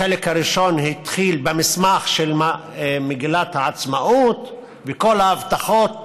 החלק הראשון התחיל במסמך של מגילת העצמאות וכל ההבטחות